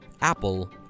Apple